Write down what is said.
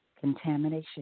contamination